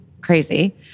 crazy